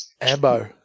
Ambo